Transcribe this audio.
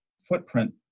footprint